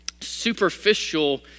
superficial